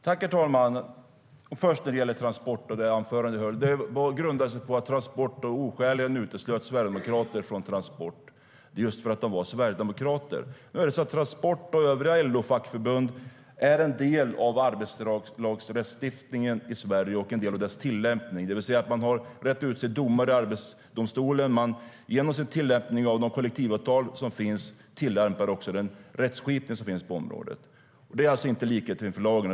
Herr talman! Jag vill börja med att tala om mitt anförande om Transport. Det grundades på att Transport oskäligen uteslöt sverigedemokrater, just för att de var sverigedemokrater. Transport och övriga LO-fackförbund är en del av arbetslagstiftningen i Sverige och en del av dess tillämpning. Man har brett ut sig genom domare i Arbetsdomstolen, och genom sin tillämpning av de kollektivavtal som finns tillämpar man också den rättskipning som finns på området. Det är alltså inte likhet inför lagen.